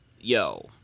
yo